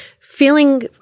feeling